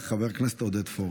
חבר הכנסת עודד פורר.